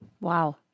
Wow